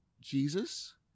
Jesus